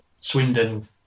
Swindon